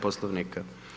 Poslovnika.